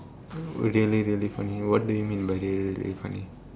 really really really funny what do you mean by really really funny